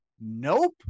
nope